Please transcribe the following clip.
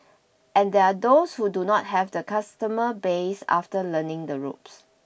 and there are those who do not have the customer base after learning the ropes